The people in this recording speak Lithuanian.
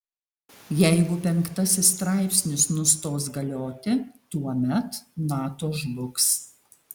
jeigu penktasis straipsnis nustos galioti tuomet nato žlugs